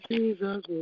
Jesus